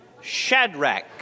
Shadrach